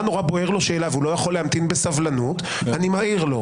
בוערת לו שאלה והוא לא יכול להמתין בסבלנות אני מעיר לו.